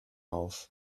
auf